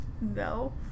No